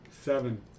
Seven